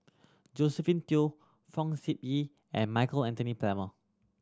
Josephine Teo Fong Sip Ee and Michael Anthony Palmer